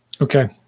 Okay